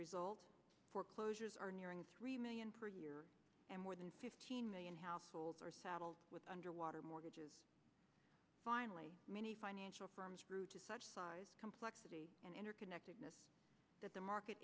result foreclosures are nearing three million per year and more than fifteen million households are saddled with underwater mortgages finally many financial firms grew to such size complexity and interconnectedness that the market